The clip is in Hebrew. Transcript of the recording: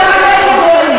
חבר הכנסת דרעי,